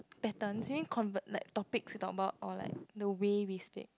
patterns you mean convert like topics talk about or the way we speak